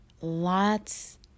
lots